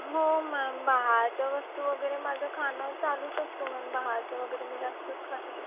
हो मॅम बाहेरच्या वस्तू वगैरे माझं खाणं चालूच असतो मॅम बाहेरचं वगैरे मी जास्त खाते